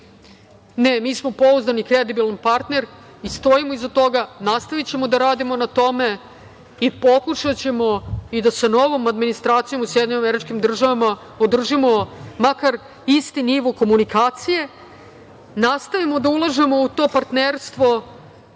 Ne, mi smo pouzdani, kredibilan partner i stojimo iza toga. Nastavićemo da radimo na tome i pokušaćemo i da sa novom administracijom u SAD održimo makar isti nivo komunikacije. Nastavljamo da ulažemo u to partnerstvo